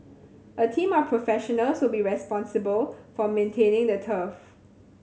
a team of professionals will be responsible for maintaining the turf